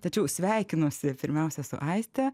tačiau sveikinuosi pirmiausia su aiste